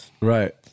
Right